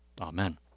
Amen